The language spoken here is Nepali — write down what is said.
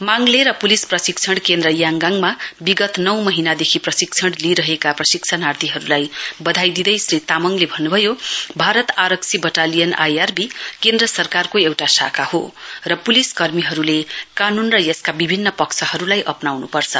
माङ्ले र पुलिस प्रशिक्षण केन्द्र याङगाङमा विगत नौ महिनादेखि प्रशिक्षण लिइरहेका प्रशिक्षणार्थीहरूलाई वधाई दिँदै श्री तामाङले भन्नुभयो भारत आरक्षी बटालियन आईआरबी केन्द्र सरकारको एउटा शाखा हो र पुलिस कर्मीहरूले कानुन र यसका विभिन्न पक्षहरूलाई अप्नाउनुपर्छ